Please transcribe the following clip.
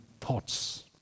thoughts